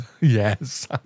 yes